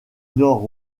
nord